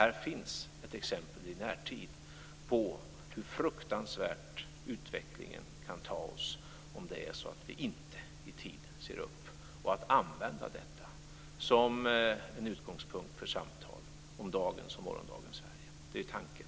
Här finns ett exempel i närtid på hur fruktansvärt utvecklingen kan ta oss om vi inte ser upp i tid och använder detta som en utgångspunkt för samtal om dagens och morgondagens Sverige. Det är tanken.